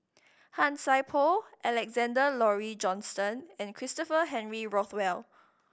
Han Sai Por Alexander Laurie Johnston and Christopher Henry Rothwell